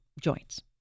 joints